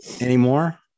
anymore